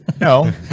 No